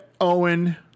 Owen